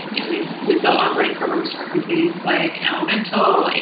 and we've we've built onboarding programs for companies like elemental,